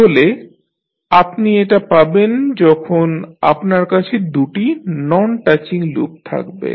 তাহলে আপনি এটা পাবেন যখন আপনার কাছে দুটি নন টাচিং লুপ থাকবে